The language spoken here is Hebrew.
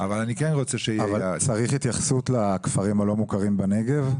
צריך התייחסות לכפרים הלא מוכרים בנגב?